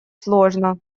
сложно